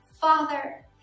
father